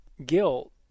guilt